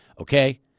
okay